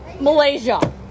Malaysia